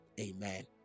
Amen